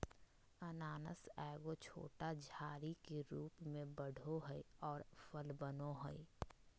अनानास एगो छोटा झाड़ी के रूप में बढ़ो हइ और फल बनो हइ